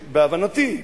בהבנתי,